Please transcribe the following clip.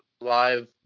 live